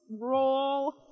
roll